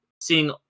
seeing